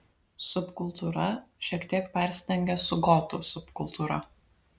subkultūra šiek tiek persidengia su gotų subkultūra